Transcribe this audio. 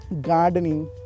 gardening